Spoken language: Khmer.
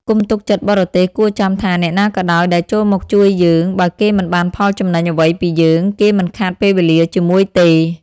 កុំទុកចិត្តបរទេសគួរចាំថា អ្នកណាក៏ដោយដែលចូលមកជួយយើង បើគេមិនបានផលចំណេញអ្វីពីយើង គេមិនខាតពេលវេលាជាមួយទេ។